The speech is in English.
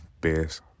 best